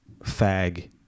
fag